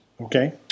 Okay